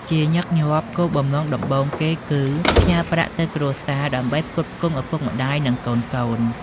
ជាញឹកញាប់ គោលបំណងដំបូងគេគឺផ្ញើប្រាក់ទៅគ្រួសារដើម្បីផ្គត់ផ្គង់ឪពុកម្តាយ និងកូនៗ។